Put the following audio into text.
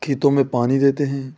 खेतों में पानी देते हैं